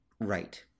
Right